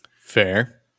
fair